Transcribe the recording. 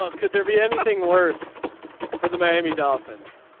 ah could there be anything worse for the miami dolphins.